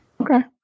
okay